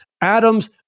Atoms